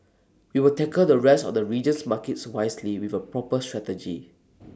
we will tackle the rest of the region's markets wisely with A proper strategy